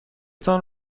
تان